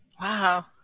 Wow